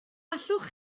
allwch